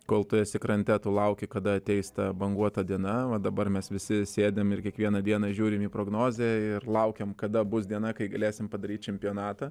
kol tu esi krante tu lauki kada ateis ta banguota diena va dabar mes visi sėdim ir kiekvieną dieną žiūrime į prognozę ir laukiam kada bus diena kai galėsim padaryt čempionatą